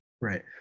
Right